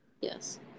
Yes